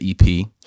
EP